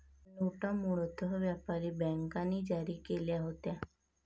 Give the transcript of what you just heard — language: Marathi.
नोटा मूळतः व्यापारी बँकांनी जारी केल्या होत्या